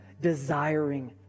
desiring